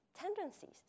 tendencies